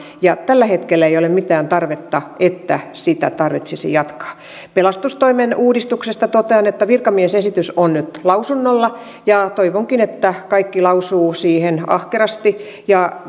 ja tällä hetkellä ei ole mitään tarvetta että sitä tarvitsisi jatkaa pelastustoimen uudistuksesta totean että virkamiesesitys on nyt lausunnolla ja toivonkin että kaikki lausuvat siitä ahkerasti ja